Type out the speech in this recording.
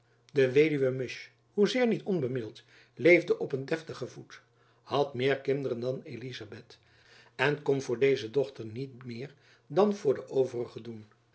de weduwe musch hoezeer niet onbemiddeld leefde op een deftigen voet had meer kinderen dan elizabeth en kon voor deze dochter niet meer dan voor de overigen doen